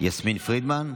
יסמין פרידמן,